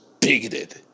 bigoted